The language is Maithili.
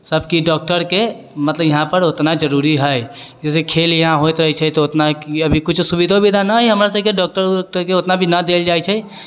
सबके डॉक्टरके मतलब यहाँपर उतना जरूरी है जे खेल यहाँ होयत रहै छै तऽ उतना किछु सुविधा उविधा नहि है हमरा सबके डॉक्टर ओक्टरके उतना भी ना देल जाइ छै